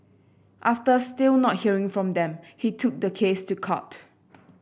after still not hearing from them he took the case to court